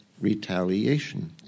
retaliation